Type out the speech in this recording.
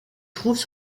trouvent